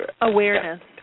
Awareness